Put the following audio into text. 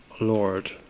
Lord